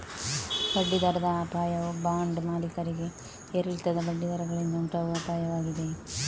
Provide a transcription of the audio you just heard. ಬಡ್ಡಿ ದರದ ಅಪಾಯವು ಬಾಂಡ್ ಮಾಲೀಕರಿಗೆ ಏರಿಳಿತದ ಬಡ್ಡಿ ದರಗಳಿಂದ ಉಂಟಾಗುವ ಅಪಾಯವಾಗಿದೆ